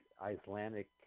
Icelandic